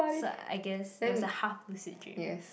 so I guess it was a half lucid dream